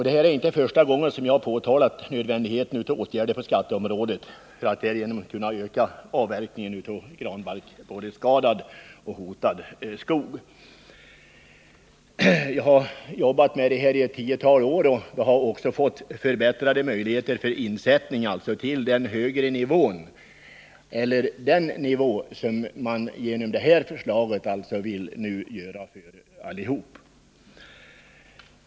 Det här är inte första gången som jag har påtalat nödvändigheten av åtgärder på skatteområdet för att öka avverkningen av granbarkborreskadad och hotad skog. Jag har jobbat med de här frågorna i ett tiotal år och vi har också fått förbättrade möjligheter vad gäller större insättning. Enligt förslaget vill man nu medge denna högre nivå för samtliga skogsägares insättningsmöjligheter.